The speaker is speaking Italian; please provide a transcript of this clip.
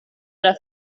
alla